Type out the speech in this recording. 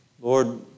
Lord